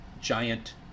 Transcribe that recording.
giant